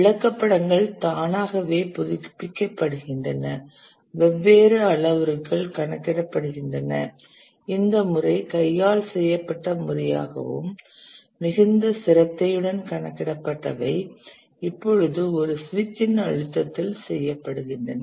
விளக்கப்படங்கள் தானாகவே புதுப்பிக்கப்படுகின்றன வெவ்வேறு அளவுருக்கள் கணக்கிடப்படுகின்றன இந்த முறை கையால் செய்யப்பட்ட முறையாகவும் மிகுந்த சிரத்தையுடன் கணக்கிடப்பட்டவை இப்பொழுது ஒரு சுவிட்சின் அழுத்தத்தில் செய்யப்படுகின்றன